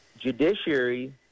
Judiciary